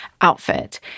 outfit